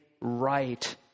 right